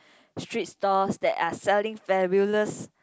street stalls that are selling fabulous